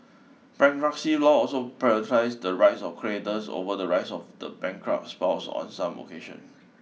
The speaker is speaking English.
bankruptcy laws also prioritise the rights of creators over the rights of the bankrupt's spouse on some occasion